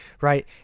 right